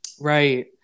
Right